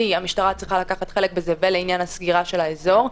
כי המשטרה צריכה לקחת חלק בזה ולעניין הסגירה של האזור,